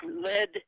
led